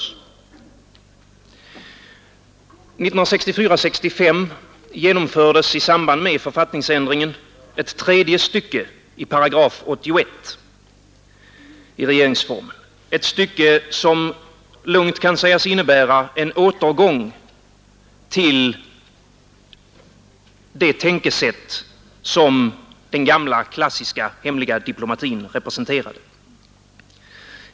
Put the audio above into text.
Åren 1964 och 1965 infördes i samband med författningsändringen ett tredje stycke i 81 § regeringsformen, ett stycke som lugnt kan sägas innebära en återgång till det tänkesätt som den gamla klassiska hemliga diplomatin representerar.